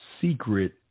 secret